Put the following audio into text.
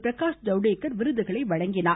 பிரகாஷ் ஜவ்டேகர் விருதுகளை வழங்கினார்